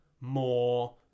more